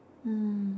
mm